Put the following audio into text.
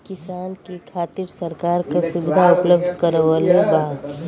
किसान के खातिर सरकार का सुविधा उपलब्ध करवले बा?